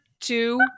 two